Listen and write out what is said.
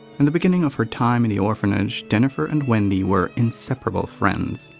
in the beginning of her time in the orphanage, jennifer and wendy were inseparable friends.